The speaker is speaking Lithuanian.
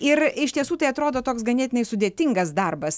ir iš tiesų tai atrodo toks ganėtinai sudėtingas darbas